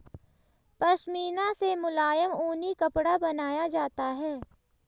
पशमीना से मुलायम ऊनी कपड़ा बनाया जाता है